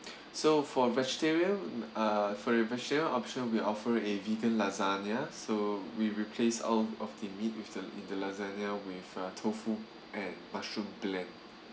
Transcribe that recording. so for vegetarian uh for the vegetarian option we offer a vegan lasagna so we replace all of the meat with the with the lasagna with uh tofu and mushroom black